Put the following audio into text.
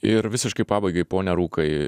ir visiškai pabaigai pone rūkai